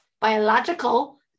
biological